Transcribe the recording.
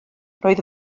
roedd